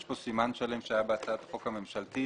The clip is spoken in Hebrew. יש כאן סימן שלם שהיה בהצעת החוק הממשלתית